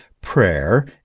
Prayer